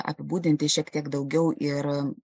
apibūdinti šiek tiek daugiau